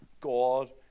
God